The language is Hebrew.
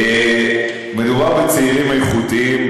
מדובר בצעירים איכותיים,